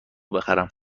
بخرم